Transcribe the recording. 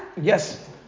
Yes